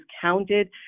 counted